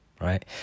right